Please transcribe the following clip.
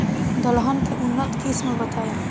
दलहन के उन्नत किस्म बताई?